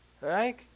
Right